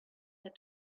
had